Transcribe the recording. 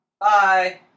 Bye